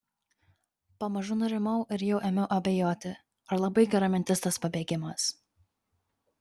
pamažu nurimau ir jau ėmiau abejoti ar labai gera mintis tas pabėgimas